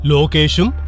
Location